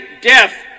death